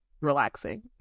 relaxing